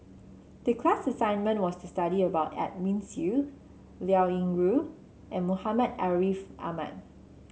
the class assignment was to study about Edwin Siew Liao Yingru and Muhammad Ariff Ahmad